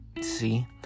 See